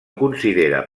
considera